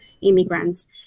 immigrants